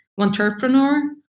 entrepreneur